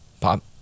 Pop